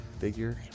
figure